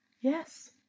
Yes